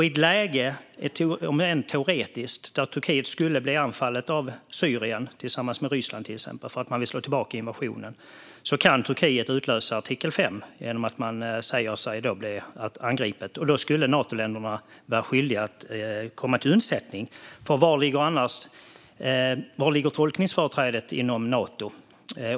I ett läge, om än teoretiskt, där Turkiet blir anfallet av Syrien tillsammans med Ryssland, till exempel, för att dessa vill slå tillbaka invasionen, kan Turkiet utlösa artikel 5 genom att säga att Turkiet blir angripet. Då skulle Natoländerna vara skyldiga att komma till undsättning. Var ligger tolkningsföreträdet inom Nato?